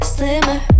Slimmer